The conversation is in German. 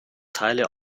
teile